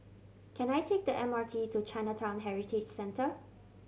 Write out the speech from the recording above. can I take the M R T to Chinatown Heritage Centre